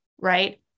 Right